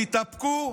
תתאפקו.